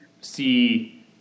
see